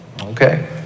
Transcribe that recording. Okay